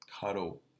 cuddle